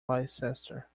leicester